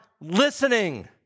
listening